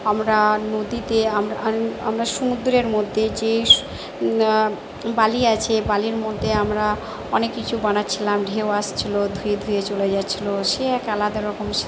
আমরা নদীতে আমরা আমরা সমুদ্রের মধ্যে যেই বালি আছে বালির মধ্যে আমরা অনেক কিছু বানাচ্ছিলাম ঢেউ আসছিল ধুয়ে ধুয়ে চলে যাচ্ছিল সে এক আলাদা রকম স্মৃতি